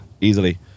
easily